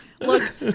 look